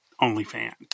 OnlyFans